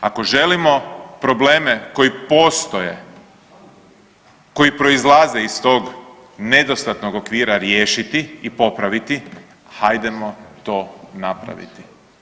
Ako želimo probleme koji postoje, koji proizlaze iz tog nedostatnog okvira riješiti i popraviti hajdemo to napraviti.